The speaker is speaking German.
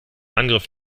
angriff